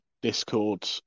Discord